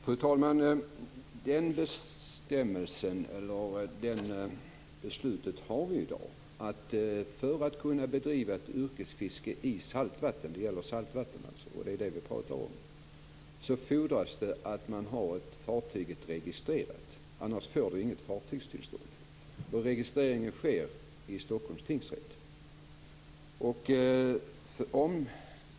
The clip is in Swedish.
Fru talman! Vi har i dag den bestämmelsen att det för att man skall kunna bedriva ett yrkesfiske i saltvatten - det gäller alltså saltvatten - fordras att fartyget är registrerat. Annars får man inget fartygstillstånd. Registreringen sker i Stockholms tingsrätt.